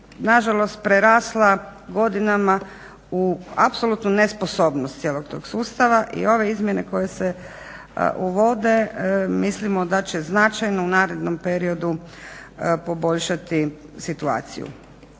na žalost prerasla godinama u apsolutnu nesposobnost cijelog tog sustava i ove izmjene koje se uvode. Mislim da će značajno u narednom periodu poboljšati situaciju.